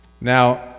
Now